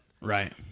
Right